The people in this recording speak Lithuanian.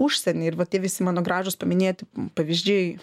užsienį ir va tie visi mano gražūs paminėti pavyzdžiai